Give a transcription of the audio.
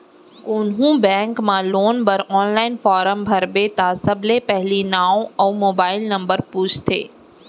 कोहूँ बेंक म लोन बर आनलाइन फारम भरबे त सबले पहिली नांव अउ मोबाइल नंबर पूछथे